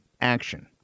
action